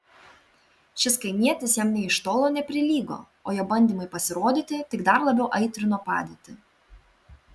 šis kaimietis jam nė iš tolo neprilygo o jo bandymai pasirodyti tik dar labiau aitrino padėtį